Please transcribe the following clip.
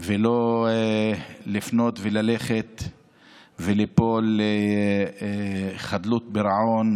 ולא לפנות וללכת וליפול לחדלות פירעון,